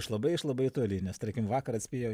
iš labai iš labai toli nes tarkim vakar atspėjo